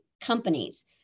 companies